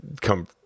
come